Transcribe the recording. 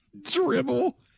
Dribble